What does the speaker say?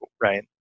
Right